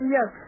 Yes